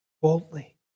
Boldly